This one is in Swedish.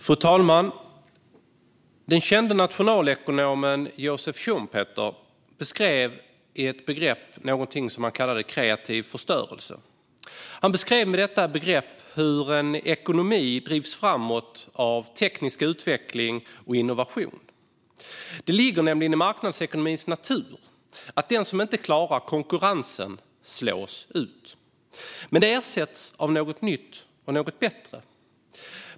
Fru talman! Den kände nationalekonomen Joseph Schumpeter beskrev ett begrepp som han kallade kreativ förstörelse. Han beskrev med detta begrepp hur en ekonomi drivs framåt av teknisk utveckling och innovation. Det ligger nämligen i marknadsekonomins natur att den som inte klarar konkurrensen slås ut. Men det ersätts av något nytt och bättre.